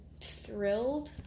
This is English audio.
thrilled